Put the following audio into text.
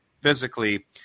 physically